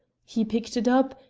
he picked it up,